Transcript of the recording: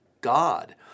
God